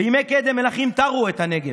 בימי קדם מלכים תרו את הנגב.